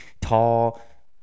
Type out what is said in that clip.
Tall